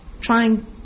trying